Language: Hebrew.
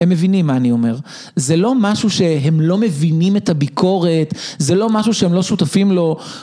הם מבינים מה אני אומר זה לא משהו שהם לא מבינים את הביקורת זה לא משהו שהם לא שותפים לו